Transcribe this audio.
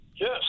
Yes